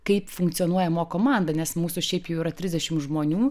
kaip funkcionuoja mo komanda nes mūsų šiaip jau yra trisdešimt žmonių